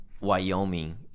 Wyoming